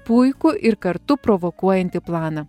puikų ir kartu provokuojantį planą